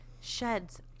Sheds